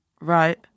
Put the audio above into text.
Right